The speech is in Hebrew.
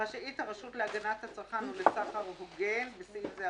רשאית הרשות להגנת הצרכן ולסחר הוגן (בסעיף זה,